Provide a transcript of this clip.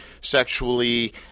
Sexually